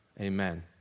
Amen